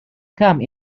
come